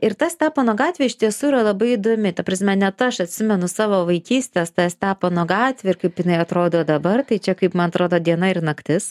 ir ta stepono gatvė iš tiesų yra labai įdomi ta prasme net aš atsimenu savo vaikystės tą stepono gatvę ir kaip jinai atrodo dabar tai čia kaip man atrodo diena ir naktis